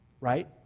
right